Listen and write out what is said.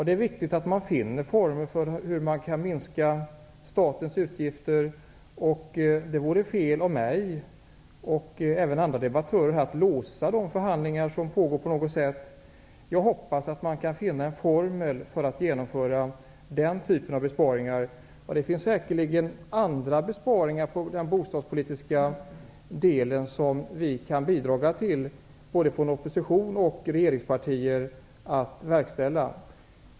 Det är viktigt att man finner former för att minska statens utgifter. Det vore fel både av mig och av andra debattörer här att på något sätt låsa de förhandlingar som pågår. Jag hoppas att man kan finna en formel för att genomföra den typen av besparingar. Det finns säkerligen andra besparingar i den bostadspolitiska delen som både opposition och regeringspartier kan medverka till att verkställa.